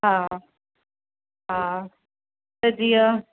हा हा त जीअं